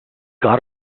got